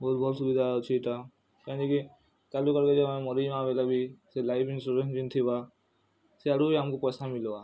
ବହୁତ୍ ଭଲ୍ ସୁବିଧା ଅଛେ ଇଟା କେଁ ଯେ କି କାଏଲ୍କେ କିଏ ଯଦି ମରିଯିମା ବେଲେ ବି ଲାଇଫ୍ ଇନ୍ସୁରେନ୍ସ୍ ବି ଯେନ୍ ଥିବା